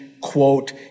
quote